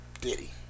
Diddy